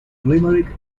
limerick